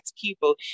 people